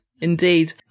Indeed